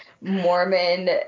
Mormon